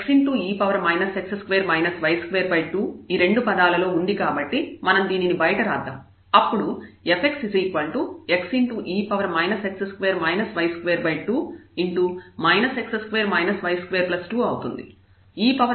xe x2 y22 ఈ రెండు పదాలలో ఉంది కాబట్టి మనం దీనిని బయట రాద్దాం అప్పుడు fx xe x2 y22 x2 y22 అవుతుంది